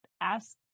ask